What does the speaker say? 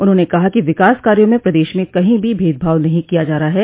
उन्होंने कहा कि विकास कार्यो में प्रदेश में कहीं भी भेदभाव नहीं किया जा रहा है